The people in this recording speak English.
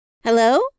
Hello